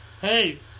Hey